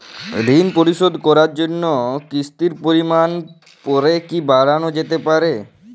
ঋন পরিশোধ করার জন্য কিসতির পরিমান পরে কি বারানো যেতে পারে?